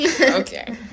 Okay